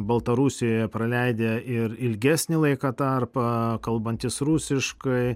baltarusijoje praleidę ir ilgesnį laiko tarpą kalbantys rusiškai